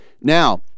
Now